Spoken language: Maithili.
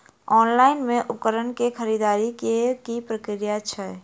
ऑनलाइन मे उपकरण केँ खरीदय केँ की प्रक्रिया छै?